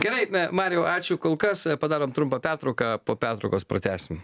gerai mariau ačiū kol kas padarom trumpą pertrauką po pertraukos pratęsim